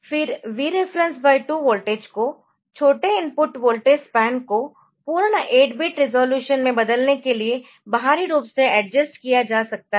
फिर Vref 2 voltage को छोटे इनपुट वोल्टेज स्पैन को पूर्ण 8 बिट रिज़ॉल्यूशन में बदलने के लिए बाहरी रूप से एडजस्ट किया जा सकता है